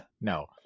No